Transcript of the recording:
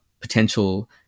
potential